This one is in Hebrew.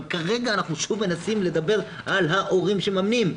אבל כרגע אנחנו מדברים על ההורים שמממנים.